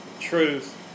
truth